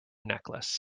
necklace